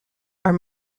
are